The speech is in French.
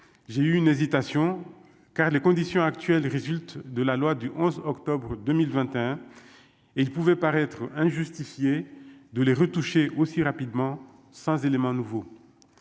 j'ai eu une hésitation, car les conditions actuelles résulte de la loi du 11 octobre 2021 et il pouvait paraître injustifiée de les retoucher aussi rapidement sans élément nouveau